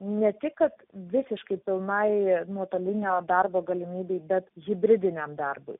ne tik kad visiškai pilnai nuotolinio darbo galimybei bet hibridiniam darbui